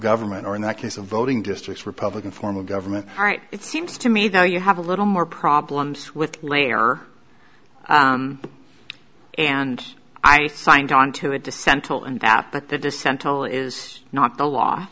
government or in that case of voting districts republican form of government it seems to me though you have a little more problems with layer and i signed onto it to central and that but the descent toll is not the law